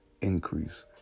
increase